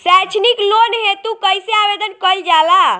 सैक्षणिक लोन हेतु कइसे आवेदन कइल जाला?